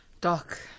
Doc